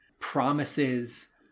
promises